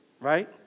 Right